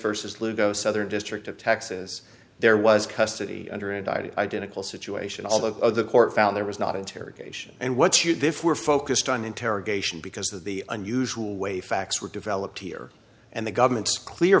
versus ludo southern district of texas there was custody under indicted identical situation all the court found there was not interrogation and what you do if we're focused on interrogation because of the unusual way facts were developed here and the government's clear